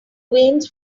veins